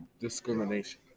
discrimination